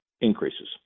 increases